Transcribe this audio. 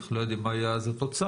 אנחנו לא יודעים מה יהיה אז התוצר,